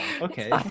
okay